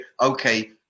okay